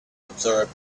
observe